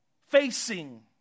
Facing